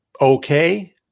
okay